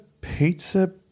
pizza